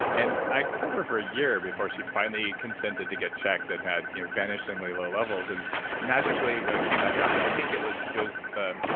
and i told her for a year before she finally consented to get checked and had you know vanishingly low levels, and magically you know it came back on, but i think it was it was the,